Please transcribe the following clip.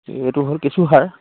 এইটো হ'ল কেঁচু সাৰ